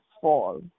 fall